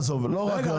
עזוב, לא רק המדינה.